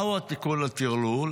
מהו התיקון לטרלול?